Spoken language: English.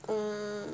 um